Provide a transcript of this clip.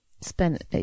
spent